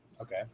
Okay